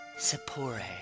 Sapore